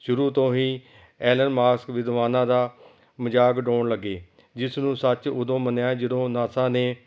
ਸ਼ੁਰੂ ਤੋਂ ਹੀ ਐਲਨ ਮਾਸਕ ਵਿਦਵਾਨਾਂ ਦਾ ਮਜ਼ਾਕ ਉਡਾਉਣ ਲੱਗੇ ਜਿਸ ਨੂੰ ਸੱਚ ਉਦੋਂ ਮੰਨਿਆ ਜਦੋਂ ਨਾਸਾ ਨੇ